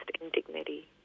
indignity